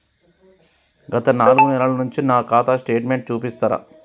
గత నాలుగు నెలల నుంచి నా ఖాతా స్టేట్మెంట్ చూపిస్తరా?